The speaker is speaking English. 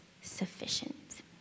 sufficient